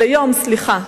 ליום, סליחה.